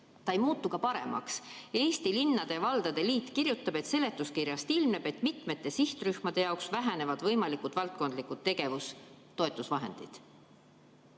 Ta ei muutu ka paremaks. Eesti Linnade ja Valdade Liit kirjutab, et seletuskirjast ilmneb, et mitmete sihtrühmade jaoks vähenevad võimalikud valdkondlikud tegevustoetuse vahendid.